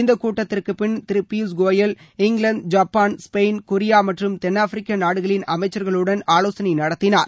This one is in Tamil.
இந்த கூட்டத்திற்குப்பின் திரு Piyush Goyal England Japan Spain Korea மற்றும் தென்னாப்பிரிக்கா நாடுகளின் அமைச்சர்களுடன் ஆலோசனை நடத்தினார்